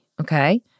okay